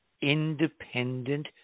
independent